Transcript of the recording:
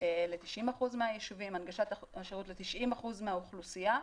ל-90% מהיישובים, הנגשת השירות ל-90% מהאוכלוסייה,